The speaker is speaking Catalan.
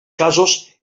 casos